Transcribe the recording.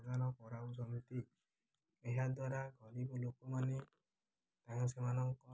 ପ୍ରଦାନ କରାଉଛନ୍ତି ଏହାଦ୍ୱାରା ଗରିବ ଲୋକମାନେ ତ ସେମାନଙ୍କ